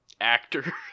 actor